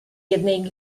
jednej